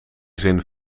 zin